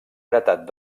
heretat